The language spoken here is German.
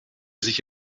sich